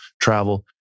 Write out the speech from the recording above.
travel